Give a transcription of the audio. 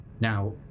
Now